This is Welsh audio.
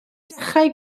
dechrau